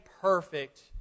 perfect